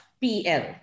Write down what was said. P-L